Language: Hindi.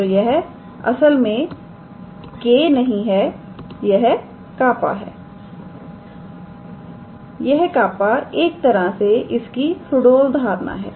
तो यह असल में K नहीं है यह कापा हैयह कापा एक तरह से इसकी सुडोल धारणा है